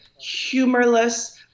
humorless